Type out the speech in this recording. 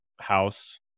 house